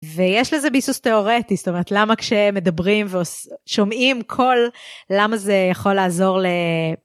ויש לזה ביסוס תיאורטי, זאת אומרת, למה כשמדברים ושומעים קול, למה זה יכול לעזור ל...